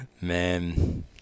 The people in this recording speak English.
Man